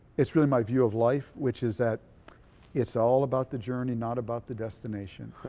it's really my view of life which is that it's all about the journey not about the destination.